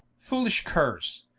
foolish curres,